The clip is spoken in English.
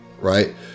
right